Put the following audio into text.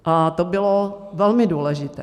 A to bylo velmi důležité.